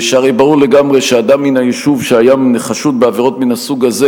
שהרי ברור לגמרי שאדם מן היישוב שהיה חשוד בעבירות מן הסוג הזה,